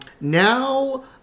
now